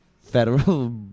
Federal